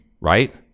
Right